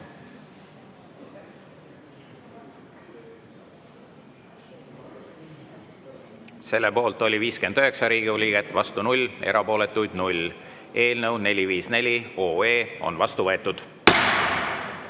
Selle poolt oli 59 Riigikogu liiget, vastu 0, erapooletuid 0. Eelnõu 454 on vastu võetud.